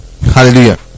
Hallelujah